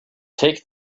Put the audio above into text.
take